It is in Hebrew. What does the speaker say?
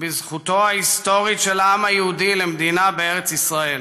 בזכותו ההיסטורית של העם היהודי למדינה בארץ ישראל.